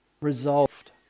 resolved